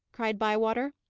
cried bywater.